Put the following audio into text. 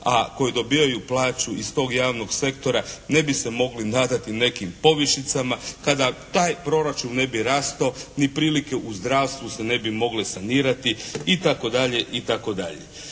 a koji dobivaju plaću iz tog javnog sektora ne bi se mogli nadati nekim povišicama. Kada taj proračun ne bi rastao ni prilike u zdravstvu se ne bi mogle sanirati itd.,